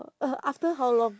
oh uh after how long